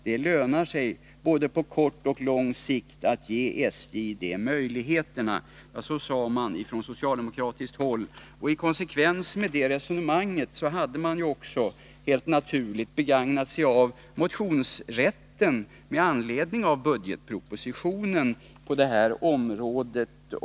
Det lönar sig både på kort och lång sikt att ge SJ de möjligheterna.” Så sade man från socialdemokratiskt håll. I konsekvens med det resonemanget hade man också begagnat sig av motionsrätten med anledning av budgetpropositionen i denna del.